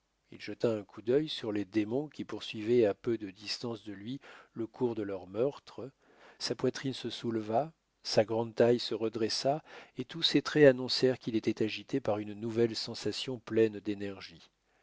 il jeta un coup d'œil sur les démons qui poursuivaient à peu de distance de lui le cours de leurs meurtres sa poitrine se souleva sa grande taille se redressa et tous ses traits annoncèrent qu'il était agité par une nouvelle sensation pleine d'énergie